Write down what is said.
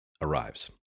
arrives